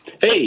Hey